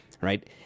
right